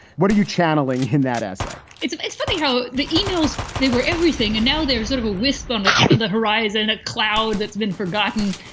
what are you channeling in that essay? it's it's funny how the emails, they were everything and now they're sort of a whisper on the horizon, a cloud that's been forgotten.